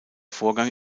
vorgang